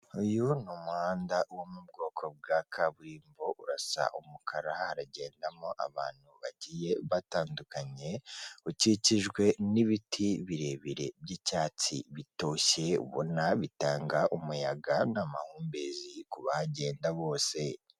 Uyu ni umuhanda wo mu bwoko bwa kaburimbo urasa umukara haragendamo abantu bagiye batandukanye, ukikijwe n'ibiti birebire by'icyatsi bitoshye ubona bitanga umuyaga n'amahumbezi kubahagenda bose.